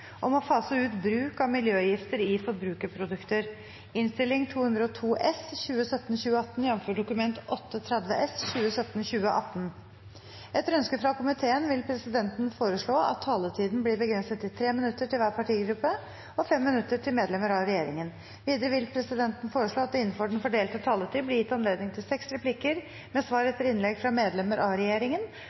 om ordet til sak nr. 1. Etter ønske fra energi- og miljøkomiteen vil presidenten foreslå at taletiden blir begrenset til 3 minutter til hver partigruppe og 5 minutter til medlemmer av regjeringen. Videre vil presidenten foreslå at det – innenfor den fordelte taletid – blir gitt anledning til seks replikker med svar etter innlegg fra medlemmer av regjeringen,